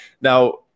now